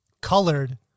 colored